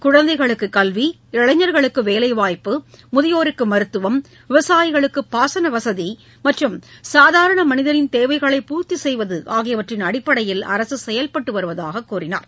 குழந்தைகளுக்கு கல்வி இளைஞர்களுக்கு வேலைவாய்ப்பு முதியோருக்கு மருத்துவம் விவசாயிகளுக்கு பாசனவசதி மற்றும் சாதாரண மனிதனின் தேவைகளை பூர்த்தி செய்வது ஆகியவற்றின் அடிப்படையில் அரசு செயல்பட்டு வருவதாக தெரிவித்தார்